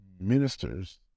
ministers